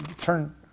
turn